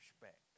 respect